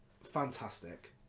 fantastic